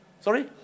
Sorry